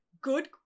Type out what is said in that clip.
good